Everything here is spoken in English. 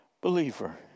believer